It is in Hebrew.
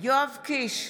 יואב קיש,